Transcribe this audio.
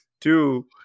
Two